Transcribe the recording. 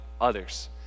others